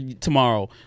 tomorrow